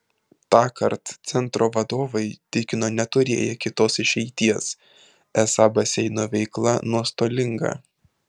tąkart centro vadovai tikino neturėję kitos išeities esą baseino veikla nuostolinga